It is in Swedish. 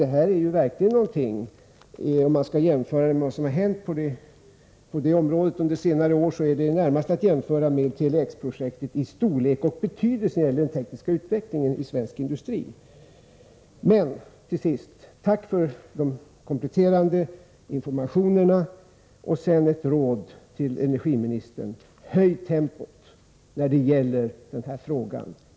Om man skall jämföra dessa projekt med vad som har hänt på detta område under senare år, är det närmast att jämföra med Tele-X-projektet i storlek och betydelse när det gäller den tekniska utvecklingen i svensk industri. Till sist: Tack för den kompletterande informationen! Jag vill också ge ett råd till energiministern: Höj tempot i denna fråga!